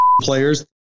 players